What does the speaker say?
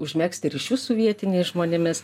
užmegzti ryšius su vietiniais žmonėmis